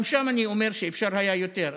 גם שם אני אומר שאפשר היה יותר.